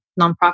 nonprofit